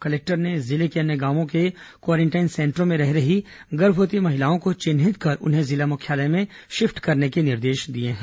collector ने जिले के अन्य गांवों के क्वारेंटाइन सेंटरों में रह रही गर्भवती महिलाओं को चिन्हित कर उन्हें जिला मुख्यालय में शिफ्ट करने के निर्देश दिए हैं